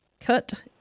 Cut